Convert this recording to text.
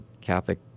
Catholic